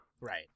Right